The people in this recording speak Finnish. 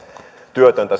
työtöntä